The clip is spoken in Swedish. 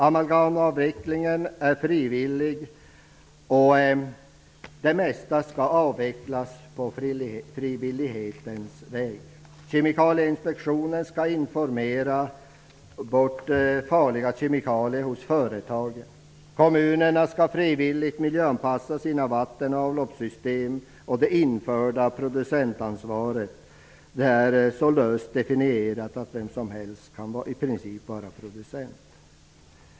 Amalgamavvecklingen är frivillig, och det mesta skall avvecklas på frivillighetens väg. Kemikalieinspektionen skall informera bort farliga kemikalier hos företag, kommunerna skall frivilligt miljöanpassa sina vatten och avloppssystem, och det införda producentansvaret är så löst definierat att i princip vem som helst kan vara producent.